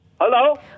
Hello